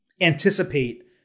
anticipate